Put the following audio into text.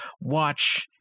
watch